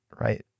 right